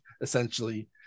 essentially